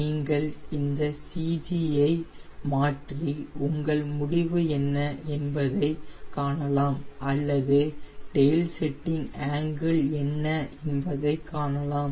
நீங்கள் இந்த CG ஐ மாற்றி உங்கள் முடிவு என்ன என்பதை காணலாம் அல்லது டெயில் செட்டிங் ஆங்கிள் என்ன என்பதை காணலாம்